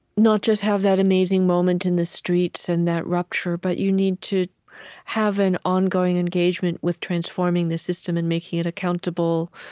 not just have that amazing moment in the streets and that rupture, but you need to have an ongoing engagement with transforming the system and making it accountable.